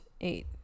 Eight